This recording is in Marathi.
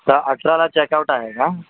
सर अठराला चेकाऊट आहे का